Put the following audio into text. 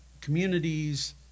communities